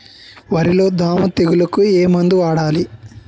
వరిలో దోమ తెగులుకు ఏమందు వాడాలి?